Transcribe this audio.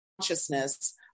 consciousness